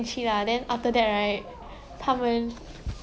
it's like he also like her but he never really express it so